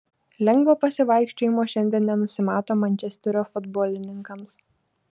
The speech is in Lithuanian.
lengvo pasivaikščiojimo šiandien nenusimato mančesterio futbolininkams